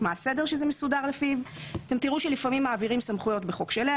אתם תראו שלפעמים מעבירים סמכויות בחוק שלם,